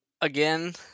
Again